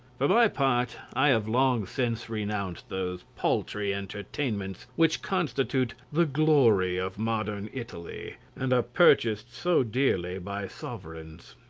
for my part i have long since renounced those paltry entertainments which constitute the glory of modern italy, and are purchased so dearly by sovereigns.